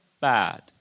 bad